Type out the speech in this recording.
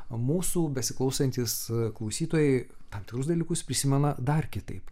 o mūsų besiklausantys klausytojai tam tikrus dalykus prisimena dar kitaip